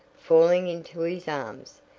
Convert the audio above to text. falling into his arms.